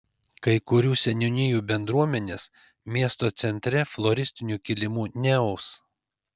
kai kurių seniūnijų bendruomenės miesto centre floristinių kilimų neaus